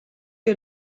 que